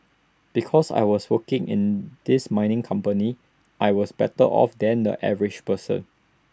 because I was working in this mining company I was better off than the average person